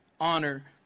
honor